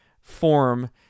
form